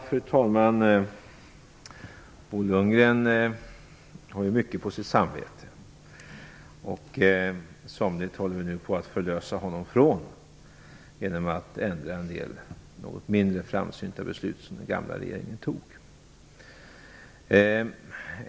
Fru talman! Bo Lundgren har mycket på sitt samvete, och somligt håller vi nu på att förlösa honom från genom att ändra på en del något mindre framsynta beslut som den gamla regeringen tog.